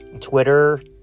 Twitter